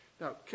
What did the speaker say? Now